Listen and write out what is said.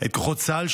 את כוחות צה"ל,